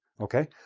okay?